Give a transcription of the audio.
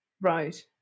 Right